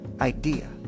idea